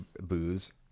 booze